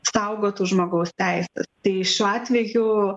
saugotų žmogaus teises tai šiuo atveju